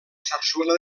sarsuela